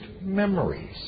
memories